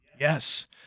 Yes